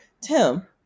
Tim